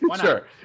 Sure